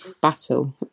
battle